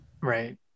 Right